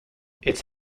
its